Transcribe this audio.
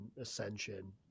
ascension